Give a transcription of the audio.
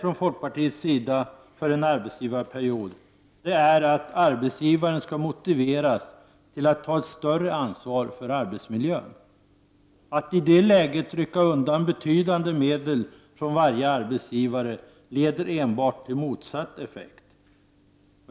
Folkpartiets huvudskäl för en arbetsgivarperiod är att arbetsgivaren skall motiveras att ta ett större ansvar för arbetsmiljön. Att i det läget rycka undan betydande medel från varje arbetsgivare får motsatt effekt.